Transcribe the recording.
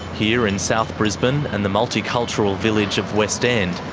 here in south brisbane and the multicultural village of west end,